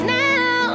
now